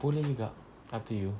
boleh juga up to you